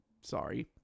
Sorry